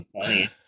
funny